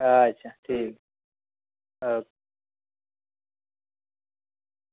अच्छा ठीक